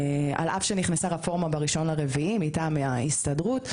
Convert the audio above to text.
על אף שנכנסה רפורמה ב-01 באפריל מטעם ההסתדרות.